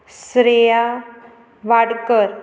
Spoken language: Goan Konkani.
सुर्या वाडकर